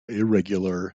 irregular